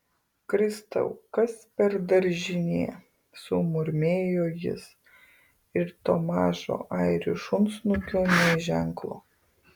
kristau kas per daržinė sumurmėjo jis ir to mažo airių šunsnukio nė ženklo